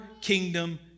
kingdom